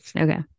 Okay